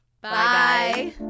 Bye